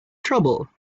trouble